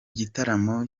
gitaramo